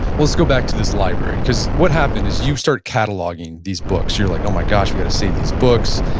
let's go back to this library, because what happened is you start cataloging these books and you're like, oh my gosh, we've got to save these books.